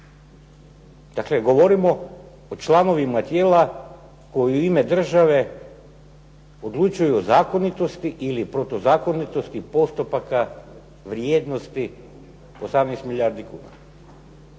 Dakle, govorimo o članovima tijeka koja u ime države odlučuju o zakonitosti ili protuzakonitosti postupaka vrijednosti 18 milijardi kuna.